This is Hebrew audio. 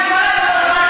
עם כל הכבוד,